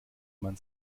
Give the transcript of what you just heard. man